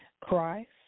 Christ